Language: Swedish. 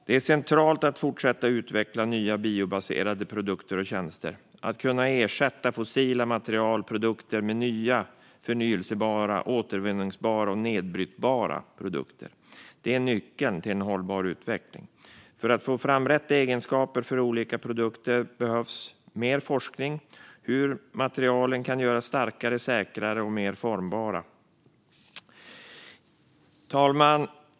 Det är centralt att fortsätta utveckla nya biobaserade produkter och tjänster och att kunna ersätta fossila materialprodukter med nya förnybara, återvinningsbara och nedbrytbara produkter. Det är nyckeln till en hållbar utveckling. För att få fram rätt egenskaper för olika produkter behövs mer forskning om hur materialen kan göras starkare, säkrare och mer formbara. Fru talman!